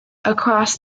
across